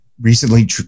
recently –